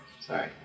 Sorry